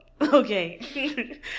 okay